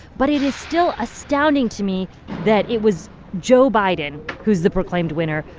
but it is still astounding to me that it was joe biden who's the proclaimed winner,